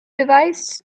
device